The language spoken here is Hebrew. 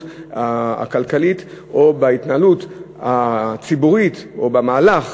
הכלכלית או בהתנהלות הציבורית או במהלך,